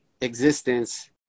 existence